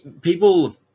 People